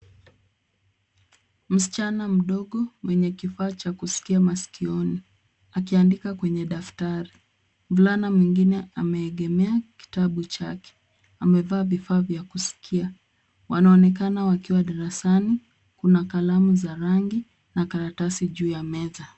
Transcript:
Msichana mdogo mwenye kifaa cha kusikia masikioni akiandika kwenye daftari. Mvulana mwingine ameegemea kitabu chake. Amevaa vifaa vya kusikia. Wanaonekana wakiwa darasani. Kuna kalamu za rangi na karatasi juu ya meza.